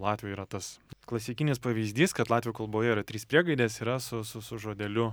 latvių yra tas klasikinis pavyzdys kad latvių kalboje yra trys priegaidės yra su su su žodeliu